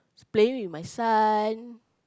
playing with my son